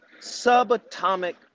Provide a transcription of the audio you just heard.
subatomic